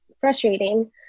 frustrating